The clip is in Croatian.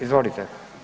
Izvolite.